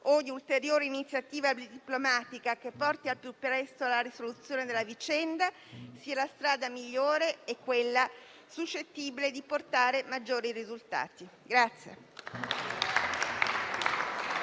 ogni ulteriore iniziativa diplomatica che porti al più presto alla risoluzione della vicenda, sia la strada migliore e quella suscettibile di portare maggiori risultati.